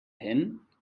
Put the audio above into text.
hen